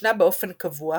שעישנה באופן קבוע,